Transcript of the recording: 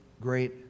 great